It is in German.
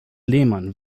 lehmann